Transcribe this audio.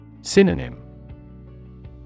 Synonym